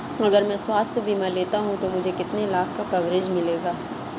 अगर मैं स्वास्थ्य बीमा लेता हूं तो मुझे कितने लाख का कवरेज मिलेगा?